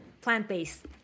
plant-based